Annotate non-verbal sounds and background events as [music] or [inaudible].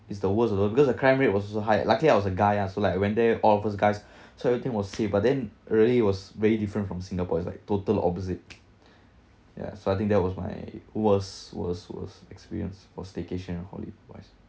it's the worst of all because the crime rate was also high lucky I was a guy ah so like when they offers guys [breath] so everything was saved but then really was very different from singapore is like total opposite yeah so I think that was my worst worst worst experience for staycation and wise